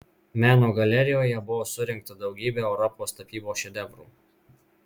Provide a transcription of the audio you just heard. meno galerijoje buvo surinkta daugybė europos tapybos šedevrų